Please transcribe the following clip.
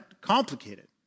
complicated